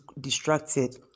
distracted